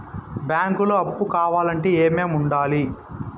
బ్యాంకులో అప్పు కావాలంటే ఏమేమి ఉండాలి?